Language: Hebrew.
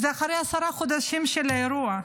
זה אחרי עשרה חודשים של האירוע.